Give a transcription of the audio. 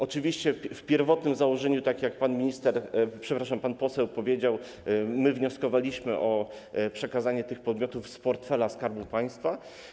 Oczywiście w pierwotnym założeniu, tak jak pan minister, przepraszam, pan poseł powiedział, wnioskowaliśmy o przekazanie tych podmiotów z portfela Skarbu Państwa.